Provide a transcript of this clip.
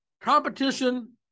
competition